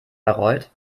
bayreuth